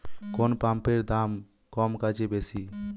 কোন পাম্পের দাম কম কাজ বেশি?